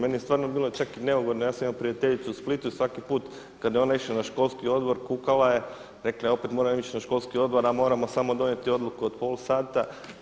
Meni je bilo čak i neugodno, ja sam imao prijateljicu u Splitu i svaki put kada je ona išla na školski odbor kukala je, rekla je opet moram ići na školski odbor a moramo samo donijeti odluku od pola sati.